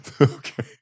Okay